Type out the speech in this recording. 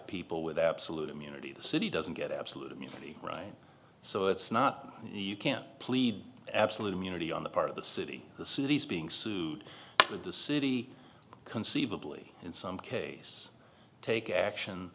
people with absolute immunity the city doesn't get absolute immunity right so it's not you can't plead absolute immunity on the part of the city the cities being sued with the city conceivably in some case take action